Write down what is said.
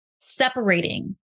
Separating